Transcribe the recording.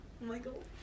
Michael